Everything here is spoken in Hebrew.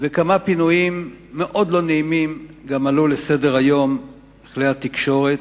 וכמה פינויים מאוד לא נעימים גם עלו לסדר-היום בכלי התקשורת,